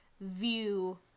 view